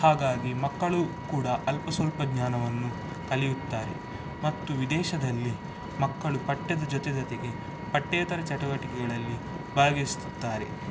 ಹಾಗಾಗಿ ಮಕ್ಕಳೂ ಕೂಡ ಅಲ್ಪ ಸ್ವಲ್ಪ ಜ್ಞಾನವನ್ನು ಕಲಿಯುತ್ತಾರೆ ಮತ್ತು ವಿದೇಶದಲ್ಲಿ ಮಕ್ಕಳು ಪಠ್ಯದ ಜೊತೆ ಜೊತೆಗೆ ಪಠ್ಯೇತರ ಚಟುವಟಿಕೆಗಳಲ್ಲಿ ಭಾಗಿಸುತ್ತಾರೆ